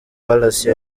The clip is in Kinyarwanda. palace